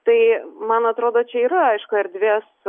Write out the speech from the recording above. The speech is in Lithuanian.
tai man atrodo čia yra aišku erdvės